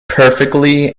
perfectly